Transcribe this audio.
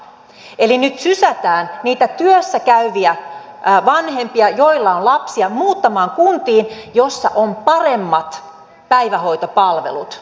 eli nyt sysätään niitä työssä käyviä vanhempia joilla on lapsia muuttamaan kuntiin joissa on paremmat päivähoitopalvelut